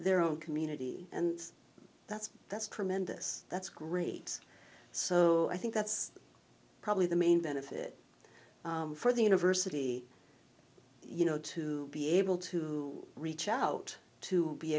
their own community and that's that's tremendous that's great so i think that's probably the main benefit for the university you know to be able to reach out to be